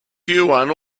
huan